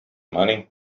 money